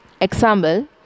Example